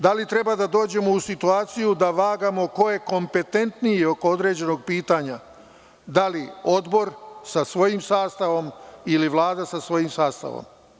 Da li treba da dođemo u situaciju da vagamo ko je kompetentniji oko određenog pitanja, da li Odbor sa svojim sastavom, ili Vlada sa svojim sastavom?